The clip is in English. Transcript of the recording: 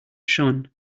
shone